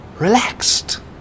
relaxed